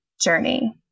journey